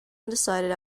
undecided